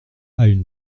une